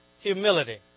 Humility